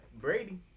Brady